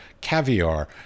caviar